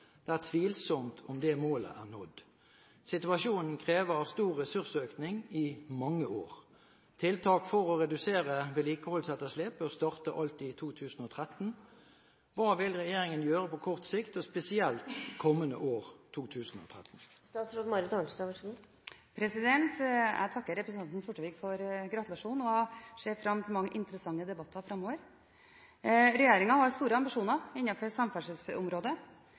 Det er tvilsomt om det målet er nådd. Situasjonen krever stor ressursøkning i mange år. Tiltak for å redusere vedlikeholdsetterslep bør starte allerede i 2013. Hva vil regjeringen gjøre på kort sikt, og spesielt i det kommende år 2013?» Jeg takker representanten Sortevik for gratulasjoner og ser fram til mange interessante debatter framover. Regjeringen har store ambisjoner innenfor samferdselsområdet.